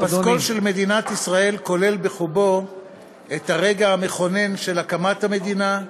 הפסקול של מדינת ישראל כולל בחובו את הרגע המכונן של הקמת המדינה,